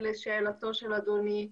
לשאלתו של אדוני,